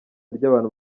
ry’abantu